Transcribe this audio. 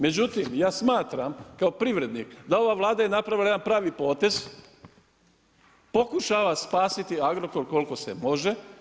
Međutim, ja smatram kao privrednik da je ova Vlada napravila jedan pravi potez, pokušava spasiti Agrokor koliko se može.